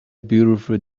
beautiful